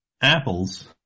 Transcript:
Apples